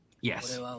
Yes